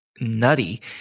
nutty